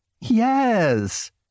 Yes